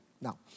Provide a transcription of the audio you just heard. now